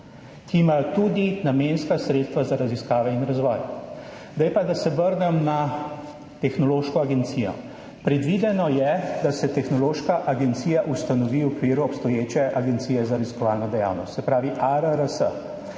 ki imata tudi namenska sredstva za raziskave in razvoj. Zdaj pa, da se vrnem na tehnološko agencijo. Predvideno je, da se tehnološka agencija ustanovi v okviru obstoječe Agencije za raziskovalno dejavnost, se pravi ARRS.